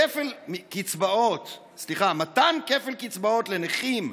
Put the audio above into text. כפל קצבאות, סליחה, מתן כפל קצבאות לנכים,